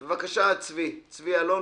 בבקשה, צבי אלון.